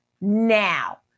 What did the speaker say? now